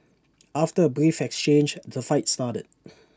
after A brief exchange the fight started